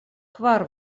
kvar